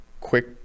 quick